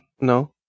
No